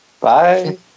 Bye